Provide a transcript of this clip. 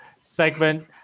segment